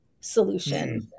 solution